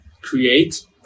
create